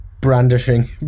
Brandishing